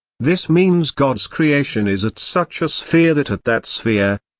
this means god's creation is at such a sphere that at that sphere,